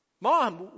Mom